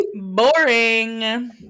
Boring